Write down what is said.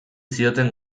zioten